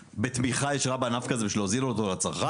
בתמיכה ישירה בענף כזה בשביל להוזיל אותו לצרכן?